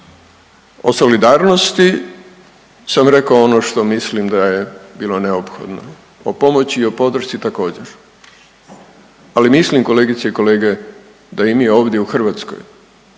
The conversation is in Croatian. O solidarnosti sam rekao ono što mislim da je bilo neophodno, o pomoći i o podršci također, ali mislim kolegice i kolege da i mi ovdje u Hrvatskoj